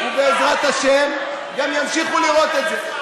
ובעזרת השם גם ימשיכו לראות את זה.